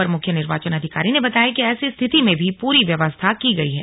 अपर मुख्य निर्वाचन अधिकारी ने बताया कि ऐसी स्थिति में भी पूरी व्यवस्था की गई है